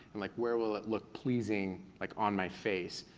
and like where will it look pleasing like on my face,